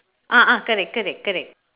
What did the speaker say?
ah ah correct correct correct